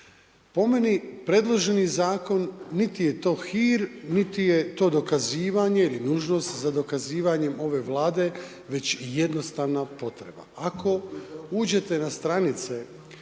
Po meni predloženi zakon niti je to hir niti je to dokazivanje ili nužnost za dokazivanjem ove Vlade već i jednostavna potreba. Ako uđete na stranice